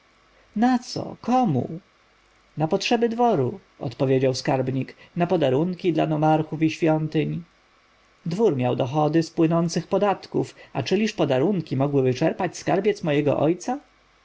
co komu na potrzeby dworu odpowiedział skarbnik na podarunki dla nomarchów i świątyń dwór miał dochody z płynących podatków a czyliż podarunki mogły wyczerpać skarbiec mojego ojca